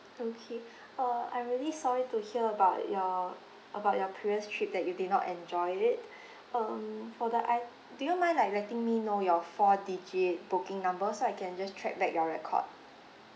okay uh I'm really sorry to hear about your about your previous trip that you did not enjoy it um for the i~ do you mind like letting me know your four digit booking number so I can just track back your record